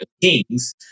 kings